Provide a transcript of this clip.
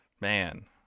man